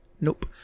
nope